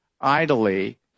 idly